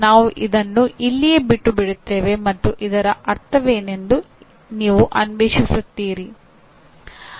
ನಾವು ಇದನ್ನು ಇಲ್ಲಿಯೇ ಬಿಟ್ಟುಬಿಡುತ್ತೇವೆ ಮತ್ತು ಇದರ ಅರ್ಥವೇನೆಂದು ನೀವು ಅನ್ವೇಷಿಸುತ್ತೀರಿ